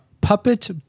Puppet